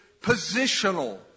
positional